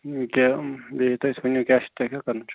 کیٛاہ یہِ تُہۍ اَسہِ ؤنِو کیٛاہ چھِ تۅہہِ کیٛاہ کَرُن چھُ